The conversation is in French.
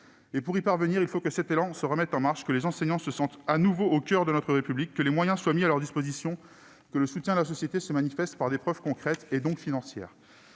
Pour y parvenir, il faut que cet élan se remette en marche, que les enseignants se sentent de nouveau au coeur de notre République, que les moyens soient mis à leur disposition et que le soutien de la société se manifeste par des preuves concrètes, donc financières.